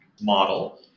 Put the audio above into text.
model